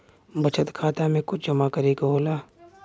बचत खाता मे कुछ जमा करे से होला?